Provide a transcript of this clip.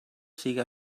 sigui